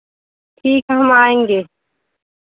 ठीक हम आएँगे